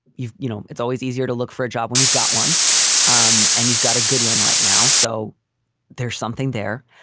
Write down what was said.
you know, it's always easier to look for a job when you've got one um and you've got a good one right now. so there's something there.